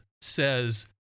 says